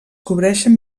cobreixen